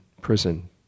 prison